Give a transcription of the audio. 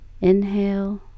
inhale